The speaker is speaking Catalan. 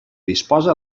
disposa